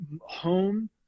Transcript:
home